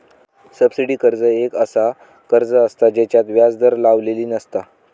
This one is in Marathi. सबसिडी कर्ज एक असा कर्ज असता जेच्यात व्याज दर लावलेली नसता